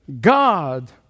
God